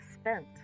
spent